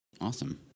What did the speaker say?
Awesome